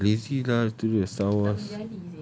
!haiya! lazy lah to do the star wars